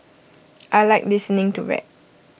I Like listening to rap